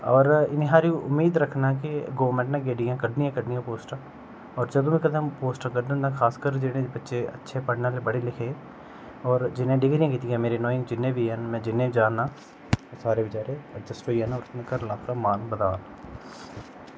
होर इन्नी हारी उम्मीद रक्खना की गौरमेंट नै गेड्डियां कड्ढनियां गै कड्ढनियां पोस्टां होर जदूं बी कुदै पोस्ट कड्ढन तां खासकर जेह्के बच्चे अच्छे पढ़ने आह्ले ते पढ़े लिखे दे होर जिनें डिग्रियां कीती दियां ओह् जिन्ने बी हैन में जिनेंगी बी निं जानना एह् सारे जेह्ड़े एडजस्ट होई जाने ते घरें आह्लें दा मान बधाना